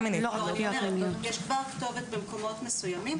פגיעה מינית זה קל מאוד.